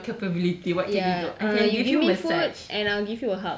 ya what is your capability what can you do ah can you give me a massage